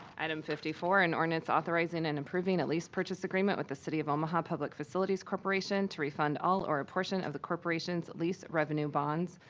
item fifty four, an ordinance authorizing and improving a lease purchase agreement with the city of omaha public facilities corporation to refund all or a portion of the corporation's lease revenue bonds,